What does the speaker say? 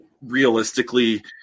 realistically